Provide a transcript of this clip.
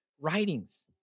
writings